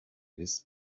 his